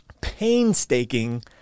painstaking